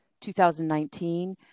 2019